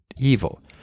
evil